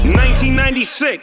1996